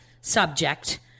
subject